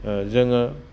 जोङो